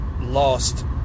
lost